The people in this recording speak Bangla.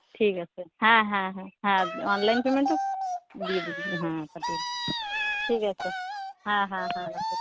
ঠিক আছে হ্যাঁ হ্যাঁ হ্যাঁ হ্যাঁ অনলাইন পেমেন্ট হোক দিয়ে দিন হ্যাঁ পাঠিয়ে দিন ঠিক আছে হ্যাঁ হ্যাঁ হ্যাঁ রাখেন